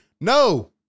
No